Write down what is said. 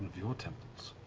your temples?